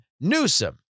Newsom